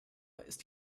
ist